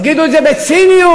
יגידו את זה בציניות.